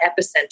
epicenter